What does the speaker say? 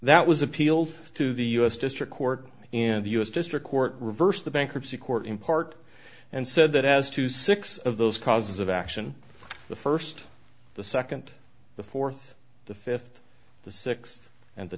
that was appealed to the u s district court and the u s district court reversed the bankruptcy court in part and said that as to six of those causes of action the first the second the fourth the fifth the six and the